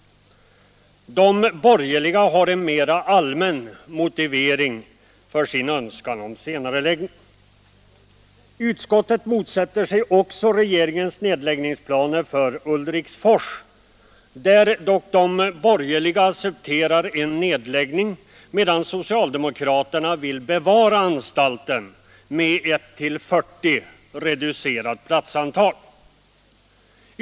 De borgerliga har en mera allmän motivering för sin önskan om senareläggning. Utskottet motsätter sig också regeringens nedläggningsplaner för Ulriksfors, där dock de borgerliga accepterar en nedläggning, medan socialdemokraterna vill bevara anstalten med ett till 40 reducerat platsantal.